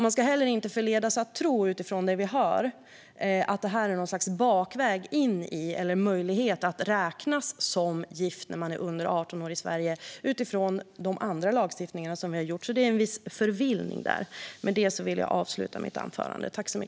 Man ska heller inte utifrån det vi hör förledas att tro att det här är något slags bakväg in i en möjlighet att räknas som gift när man är under 18 år i Sverige, med tanke på de andra lagstiftningar som vi har infört. Det är alltså en viss förvillning där.